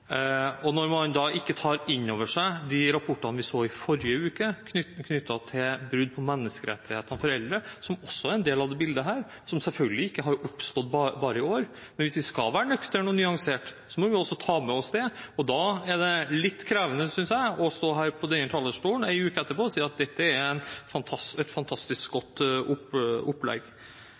Man tar ikke innover seg de rapportene vi så i forrige uke, knyttet til brudd på menneskerettighetene for eldre, som også er en del av dette bildet, og som selvfølgelig ikke har oppstått i år. Men hvis vi skal være nøkterne og nyanserte, må vi ta med oss også det, og da er det litt krevende, synes jeg, å stå her på denne talerstolen en uke etterpå og si at dette er et fantastisk godt opplegg.